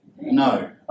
no